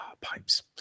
pipes